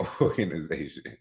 Organization